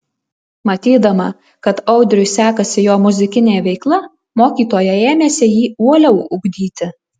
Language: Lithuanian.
matydama kad audriui sekasi jo muzikinė veikla mokytoja ėmėsi jį uoliau ugdyti